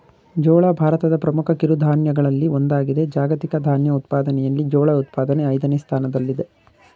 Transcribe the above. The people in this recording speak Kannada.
ಜೋಳ ಭಾರತದ ಪ್ರಮುಖ ಕಿರುಧಾನ್ಯಗಳಲ್ಲಿ ಒಂದಾಗಿದೆ ಜಾಗತಿಕ ಧಾನ್ಯ ಉತ್ಪಾದನೆಯಲ್ಲಿ ಜೋಳ ಉತ್ಪಾದನೆ ಐದನೇ ಸ್ಥಾನದಲ್ಲಿದೆ